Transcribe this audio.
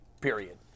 period